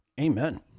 Amen